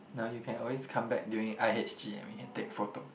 no you can always come back during i_h_g and we can take photo